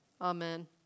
Amen